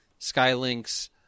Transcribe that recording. Skylinks